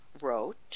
Wrote